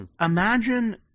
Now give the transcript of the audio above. Imagine